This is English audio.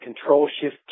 Control-Shift